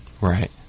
Right